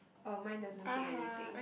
oh mine doesn't say anything